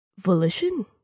volition